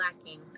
lacking